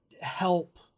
help